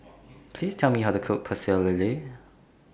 Please Tell Me How to Cook Pecel Lele